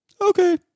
okay